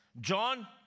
John